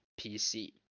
PC